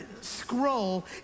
scroll